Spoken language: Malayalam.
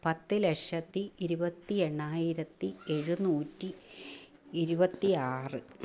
പത്ത് ലക്ഷത്തി ഇരുപത്തി എണ്ണായിരത്തി എഴുന്നൂറ്റി ഇരുപത്തി ആറ്